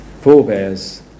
forebears